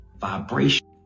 vibration